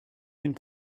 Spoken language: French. d’une